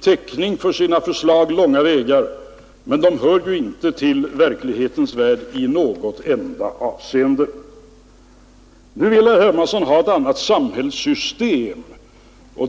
täckning för sina förslag långa vägar, men de hör ju inte i något enda avseende till verklighetens värld. Nu vill herr Hermansson ha ett annat samhällssystem.